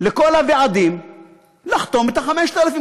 לכל הוועדים לחתום את ה-5,000,